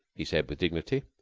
he said with dignity.